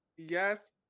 Yes